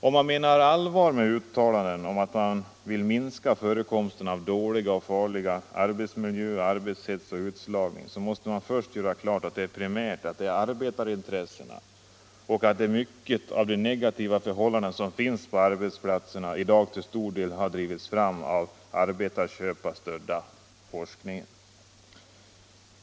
Om man menar allvar med uttalanden om att man vill minska förekomsten av dåliga och farliga arbetsmiljöer, arbetshets och utslagning, så måste man först göra klart att detta primärt är arbetarintressen och att mycket av de negativa förhållanden som finns på arbetsplatserna i dag till stor del har drivits fram av den arbetsköparstödda forskningen.